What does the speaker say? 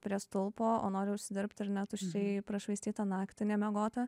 prie stulpo o nori užsidirbt ir net užsi prašvaistytą naktį nemiegotą